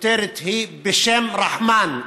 הכותרת היא "בשם רחמן".